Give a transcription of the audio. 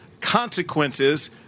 consequences